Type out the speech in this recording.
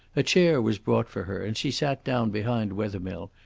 a chair was brought for her, and she sat down behind wethermill,